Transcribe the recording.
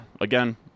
again